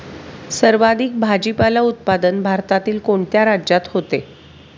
सर्वाधिक भाजीपाला उत्पादन भारतातील कोणत्या राज्यात होते?